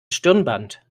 stirnband